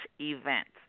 events